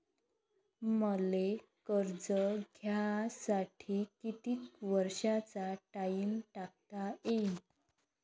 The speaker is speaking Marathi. मले कर्ज घ्यासाठी कितीक वर्षाचा टाइम टाकता येईन?